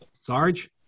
Sarge